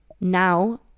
now